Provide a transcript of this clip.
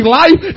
life